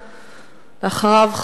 אחריו,